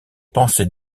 pensées